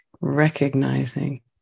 recognizing